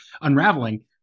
unraveling